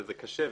וזה קשה.